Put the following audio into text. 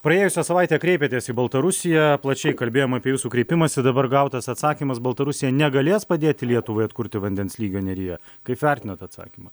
praėjusią savaitę kreipėtės į baltarusiją plačiai kalbėjom apie jūsų kreipimąsi dabar gautas atsakymas baltarusija negalės padėti lietuvai atkurti vandens lygio neryje kaip vertinat atsakymą